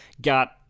got